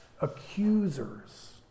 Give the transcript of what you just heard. Accusers